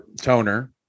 Toner